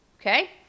Okay